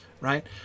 right